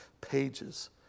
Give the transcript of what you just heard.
pages